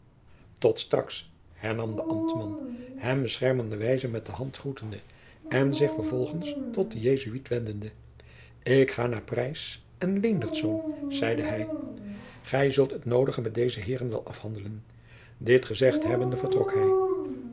tot straks hernam de ambtman hem beschermenderwijze met de hand groetende en zich vervolgens tot den jesuit wendende ik ga naar preys en leendertz zeide hij gij zult het noodige met deze heeren wel afhandelen dit gezegd hebbende vertrok hij